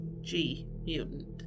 G-Mutant